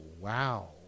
wow